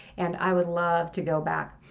and i would love to go back.